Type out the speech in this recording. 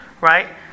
right